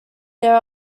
there